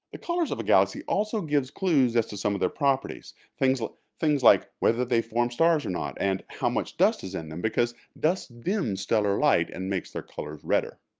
the colors of a galaxy also gives clues as to some of their properties. things like things like whether they form stars or not and how much dust is in them, because dust dims stellar light and makes their colors redder.